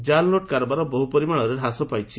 ଜାଲ୍ନୋଟ୍ କାରବାର ବହୁ ପରିମାଣରେ ହ୍ରାସ ପାଇଛି